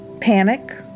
Panic